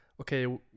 okay